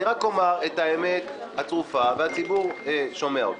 אני רק אומר את האמת הצרופה והציבור שומע אותה.